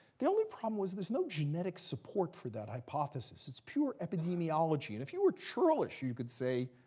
the only problem was there's no genetic support for that hypothesis. it's pure epidemiology. and if you were churlish, you could say,